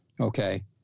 Okay